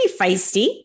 feisty